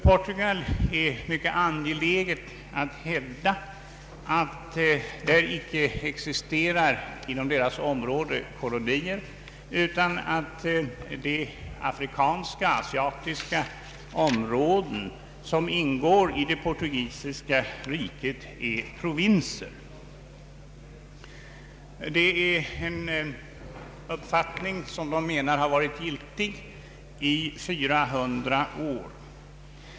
Portugal är mycket angeläget att hävda att det inom dess område icke existerar kolonier utan att de afrikanska och asiatiska områden som ingår i det portugisiska riket är provinser. Portugal menar att detta är ett förhållande som har gällt i 400 år.